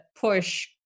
push